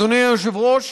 אדוני היושב-ראש,